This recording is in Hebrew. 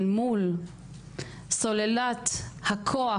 אל מול סוללת הכוח,